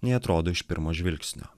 nei atrodo iš pirmo žvilgsnio